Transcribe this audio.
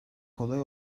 kolay